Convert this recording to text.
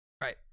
Right